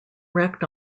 wrecked